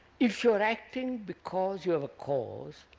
if you are acting because you have a cause,